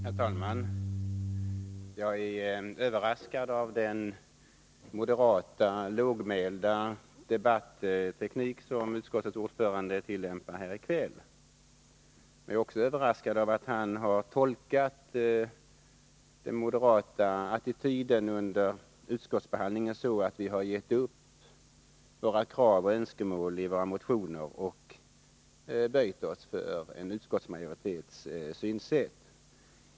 Herr talman! Jag är överraskad av den moderata, lågmälda debatton som utskottets ordförande anslår här i kväll. Jag är också överraskad av att han tolkat den moderata attityden under utskottsbehandlingen så, att vi har givit upp kraven och önskemålen i våra motioner och böjt oss för en utskottsmajoritets synsätt.